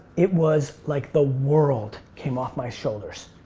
it was like the world came off my shoulders.